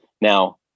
Now